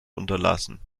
unterlassen